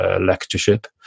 lectureship